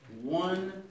One